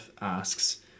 asks